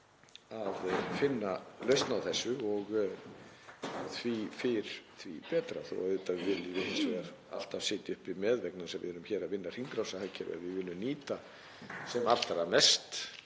að finna lausn á þessu og því fyrr því betra, þó að auðvitað munum við hins vegar alltaf sitja uppi með, vegna þess að við erum hér að vinna með hringrásarhagkerfi, að við viljum nýta sem allra mest